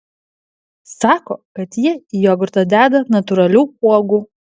sako kad jie į jogurtą deda natūralių uogų